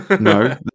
No